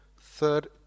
third